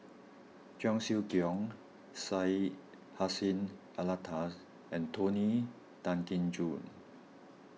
Cheong Siew Keong Syed Hussein Alatas and Tony Tan Keng Joo